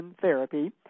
therapy